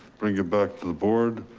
bring it back to the board.